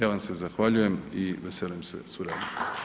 Ja vam se zahvaljujem i veselim se suradnji.